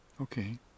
Okay